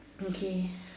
okay